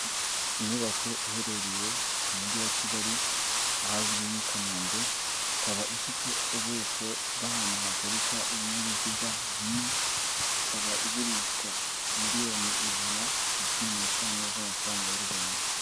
Inyubako iherereye mu mujyi wa Kigali ahazwi nk'i Kanombe, ikaba ifite ubuso bw'ahantu haparika ibinyabiziga bine, ikaba igurishwa miliyoni ijana na cumi n'eshanu z'amafaranga y'u Rwanda.